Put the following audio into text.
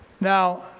Now